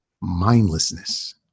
mindlessness